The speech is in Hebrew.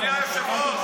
זה בסדר.